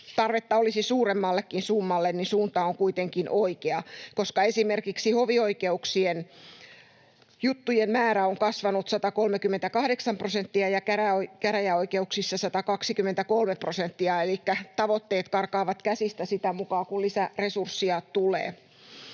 tarvetta olisi suuremmallekin summalle, niin suunta on kuitenkin oikea, koska esimerkiksi hovioikeuksien juttujen määrä on kasvanut 138 prosenttia ja käräjäoikeuksissa 123 prosenttia, elikkä tavoitteet karkaavat käsistä sitä mukaa kuin lisäresurssia tulee.